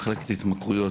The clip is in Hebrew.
מחלקת ההתמכרויות,